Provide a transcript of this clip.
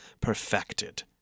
perfected